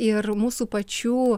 ir mūsų pačių